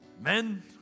men